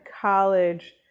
college